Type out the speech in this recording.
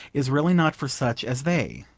is really not for such as they.